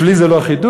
בשבילי זה לא חידוש,